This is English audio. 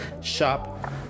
shop